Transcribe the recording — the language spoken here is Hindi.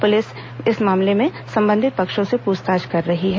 पुलिस इस मामले में संबंधित पक्षों से पुछताछ कर रही है